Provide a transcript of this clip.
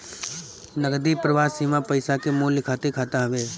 नगदी प्रवाह सीमा पईसा के मूल्य खातिर खाता हवे